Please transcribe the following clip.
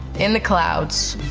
in the clouds.